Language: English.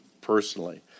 personally